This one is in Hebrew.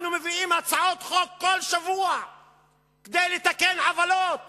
אנחנו מביאים הצעות חוק כל שבוע כדי לתקן עוולות